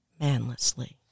manlessly